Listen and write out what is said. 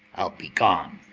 i'll be gone.